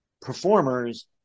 performers